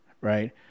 right